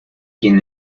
quien